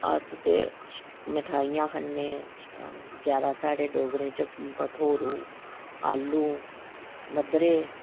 अस ते मिठाइयां खन्ने ज्यादा साढ़े डोगरें च भठोरो आलू मद्धरे